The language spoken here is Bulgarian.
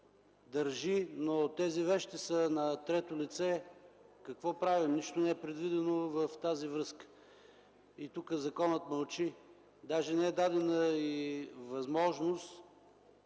държи, но тези вещи са на трето лице, какво правим? Нищо не е предвидено в тази връзка. По това законът мълчи. Даже не е дадена възможност,